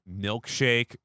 milkshake